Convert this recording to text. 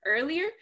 earlier